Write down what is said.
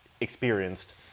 experienced